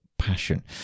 passion